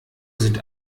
sind